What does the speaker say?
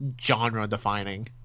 genre-defining